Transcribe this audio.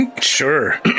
Sure